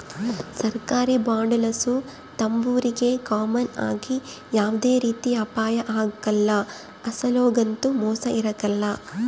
ಸರ್ಕಾರಿ ಬಾಂಡುಲಾಸು ತಾಂಬೋರಿಗೆ ಕಾಮನ್ ಆಗಿ ಯಾವ್ದೇ ರೀತಿ ಅಪಾಯ ಆಗ್ಕಲ್ಲ, ಅಸಲೊಗಂತೂ ಮೋಸ ಇರಕಲ್ಲ